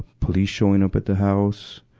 police showing up at the house.